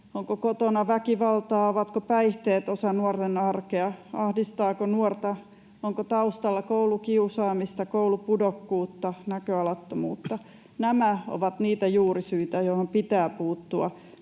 onko kotona väkivaltaa, ovatko päihteet osa nuorten arkea, ahdistaako nuorta, onko taustalla koulukiusaamista, koulupudokkuutta, näköalattomuutta? Nämä ovat niitä juurisyitä, joihin pitää puuttua